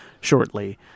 shortly